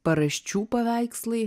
paraščių paveikslai